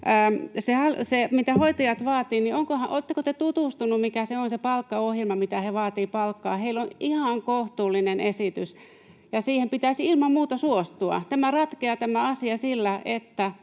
tämä on aivan uskomatonta. Oletteko te tutustuneet siihen, mikä on se palkkaohjelma, mitä hoitajat vaativat palkkaa? Heillä on ihan kohtuullinen esitys, ja siihen pitäisi ilman muuta suostua. Tämä asia ratkeaa sillä,